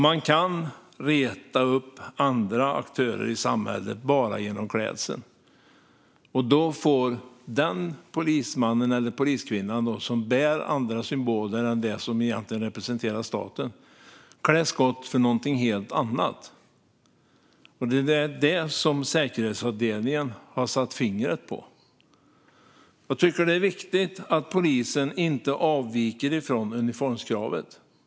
Man kan reta upp andra aktörer i samhället bara genom klädseln, och då får den polisman eller poliskvinna som bär andra symboler än dem som egentligen representerar staten klä skott för något helt annat. Det är det som säkerhetsavdelningen har satt fingret på. Jag tycker att det är viktigt att polisen inte avviker från uniformskravet.